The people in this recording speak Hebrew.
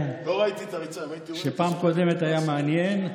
בפעם הקודמת היה מעניין,